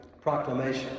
proclamation